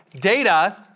Data